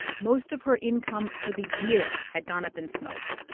most of her income for the year had gone up in smoke,